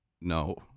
No